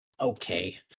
Okay